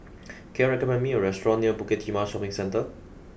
can you recommend me a restaurant near Bukit Timah Shopping Centre